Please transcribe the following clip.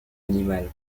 animal